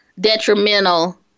detrimental